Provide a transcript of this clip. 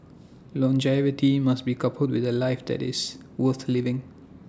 longevity must be coupled with A life that is worth living